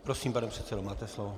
Prosím, pane předsedo, máte slovo.